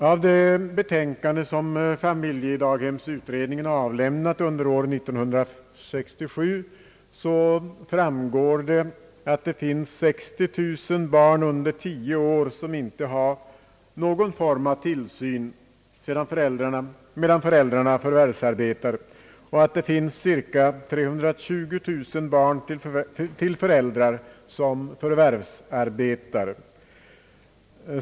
Av det betänkande familjedaghemsutredningen avlämnat under år 1967 framgår att det finns 60 000 barn under tio år som inte har någon form av tillsyn medan föräldrarna förvärvsarbetar och att det finns cirka 320 000 barn till föräldrar som förvärvsarbetar.